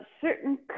certain